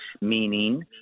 meaning